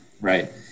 Right